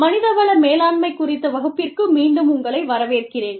மனித வள மேலாண்மை குறித்த வகுப்பிற்கு மீண்டும் உங்களை வரவேற்கிறேன்